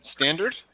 standard